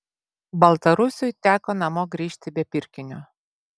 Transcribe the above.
baltarusiui teko namo grįžti be pirkinio